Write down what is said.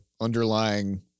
underlying